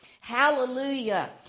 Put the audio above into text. Hallelujah